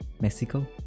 Mexico